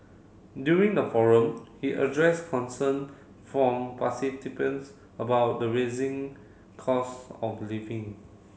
during the forum he address concern from about the raising cost of living